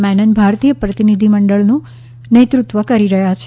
મેનન ભારતીય પ્રતિનિધિમંડળનું નેતૃત્વ કરી રહ્યા છે